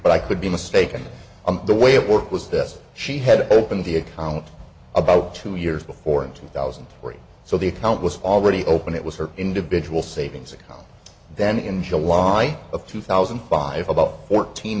but i could be mistaken on the way it worked was that she had opened the account about two years before in two thousand and three so the account was already open it was her individual savings account then in july of two thousand and five about fourteen